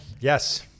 Yes